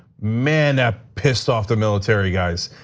man, that pissed off the military guys.